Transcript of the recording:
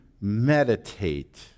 meditate